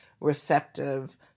receptive